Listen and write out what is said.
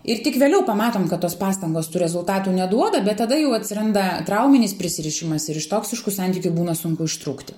ir tik vėliau pamatom kad tos pastangos tų rezultatų neduoda bet tada jau atsiranda trauminis prisirišimas ir iš toksiškų santykių būna sunku ištrūkti